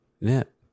Nip